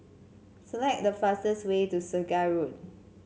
select the fastest way to Segar Road